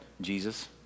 Jesus